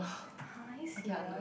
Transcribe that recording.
!huh! are you serious